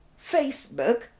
Facebook